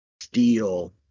steel